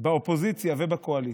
באופוזיציה ובקואליציה,